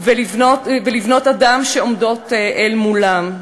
ולבנות-אדם שעומדות אל מולם.